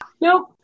nope